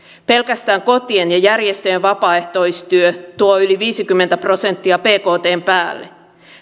pelkästään kotien ja järjestöjen vapaaehtoistyö tuo yli viisikymmentä prosenttia bktn päälle